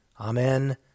Amen